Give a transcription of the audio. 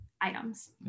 items